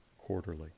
Quarterly